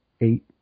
eight